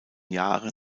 jahre